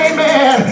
Amen